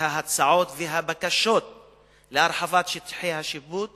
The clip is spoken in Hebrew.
ההצעות והבקשות להרחבת שטחי השיפוט